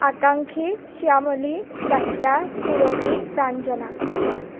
Akankshi Shyamali Zakia Surabhi Pranjana